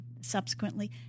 subsequently